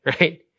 right